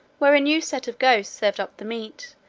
where a new set of ghosts served up the meat,